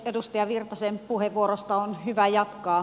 edustaja virtasen puheenvuorosta on hyvä jatkaa